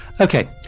Okay